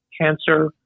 Cancer